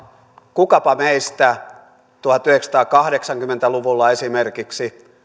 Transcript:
kukapa meistä tuhatyhdeksänsataakahdeksankymmentä luvulla esimerkiksi